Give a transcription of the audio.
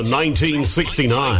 1969